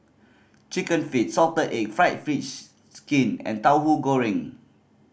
Chicken Feet salted egg fried fish skin and Tauhu Goreng